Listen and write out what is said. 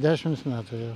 dešims metų jau